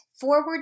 forward